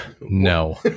No